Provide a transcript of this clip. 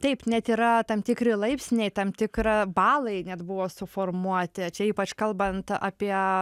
taip net yra tam tikri laipsniai tam tikrą balai net buvo suformuoti čia ypač kalbant apie